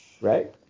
right